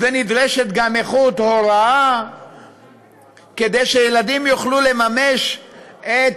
ונדרשת גם איכות הוראה כדי שילדים יוכלו לממש את